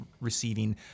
receiving